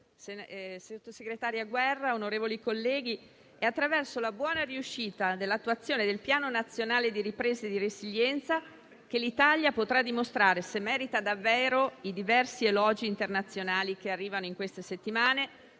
Presidente, sottosegretario Guerra, onorevoli colleghi, è attraverso la buona riuscita dell'attuazione del Piano nazionale di ripresa e resilienza che l'Italia potrà dimostrare se merita davvero i diversi elogi internazionali che arrivano in queste settimane,